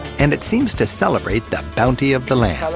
and it seems to celebrate the bounty of the land.